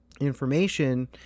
information